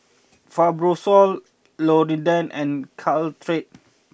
Fibrosol Polident and Caltrate